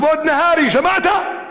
כבוד נהרי, שמעת?